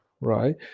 right